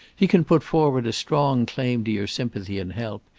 he can put forward a strong claim to your sympathy and help,